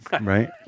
right